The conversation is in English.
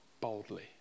boldly